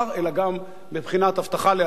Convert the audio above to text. אלא גם בבחינת הבטחה לעתיד.